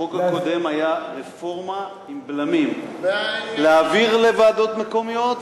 החוק הקודם היה רפורמה עם בלמים: להעביר לוועדות מקומיות,